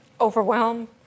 Overwhelmed